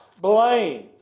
blame